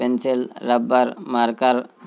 pencil rubber marker